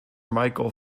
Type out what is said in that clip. michael